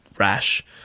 rash